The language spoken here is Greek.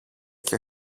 και